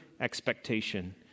expectation